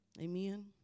Amen